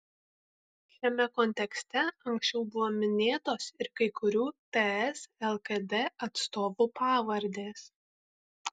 šiame kontekste anksčiau buvo minėtos ir kai kurių ts lkd atstovų pavardės